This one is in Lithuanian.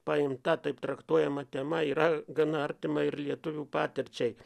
paimta taip traktuojama tema yra gana artima ir lietuvių patirčiai